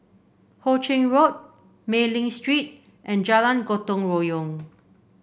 Ho Ching Road Mei Ling Street and Jalan Gotong Royong